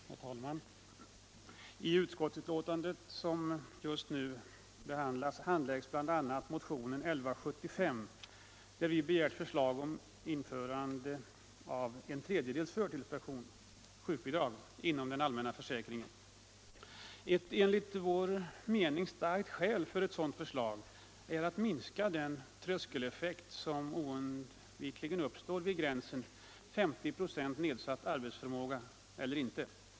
Herr talman! I detta utskottsbetänkande har bl.a. behandlats motionen 1175, där vi begärt förslag om införande av en tredjedels förtidspension, sjukbidrag, inom den allmänna försäkringen. Ett enligt vår mening starkt skäl för ett sådant förslag är att minska den tröskeleffekt som oundvikligen uppstår vid gränsen, alltså 50 ”. nedsatt arbetsförmåga.